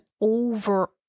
over